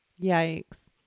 yikes